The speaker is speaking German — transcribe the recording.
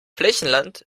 flächenland